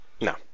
No